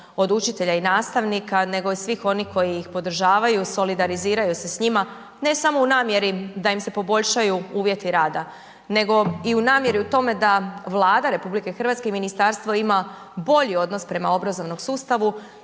od učitelja i nastavnika nego i svih onih koji ih podržavaju, solidariziraju se s njima. Ne samo u namjeri da im se poboljšaju uvjeti rada, nego i u namjeri u tome da Vlada RH i ministarstvo ima bolji odnos prema obrazovnom sustavu